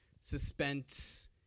suspense